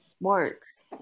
marks